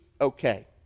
okay